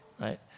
right